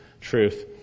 truth